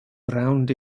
around